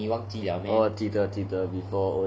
orh 记得记得 before O level ah